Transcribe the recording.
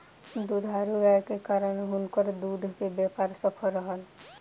दुधारू गायक कारणेँ हुनकर दूध के व्यापार सफल रहल